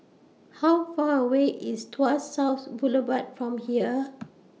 How Far away IS Tuas South Boulevard from here